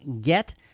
get